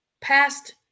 past